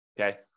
Okay